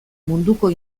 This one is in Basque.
munduko